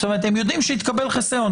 הם יודעים שהתקבל חיסיון.